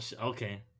okay